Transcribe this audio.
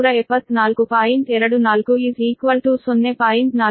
24 0